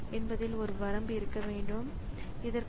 எனவே இந்த நேரத்தில் அது குறுக்கீடு செயலாக்கத்தை செய்கிறது